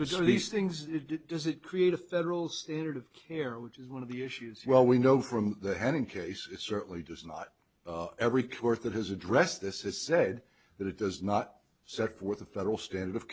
are these things it does it create a federal standard of care which is one of the issues well we know from the head in case it certainly does not every court that has addressed this is said that it does not set forth the federal standard of